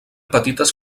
petites